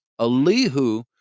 Alihu